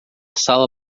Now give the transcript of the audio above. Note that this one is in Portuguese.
sala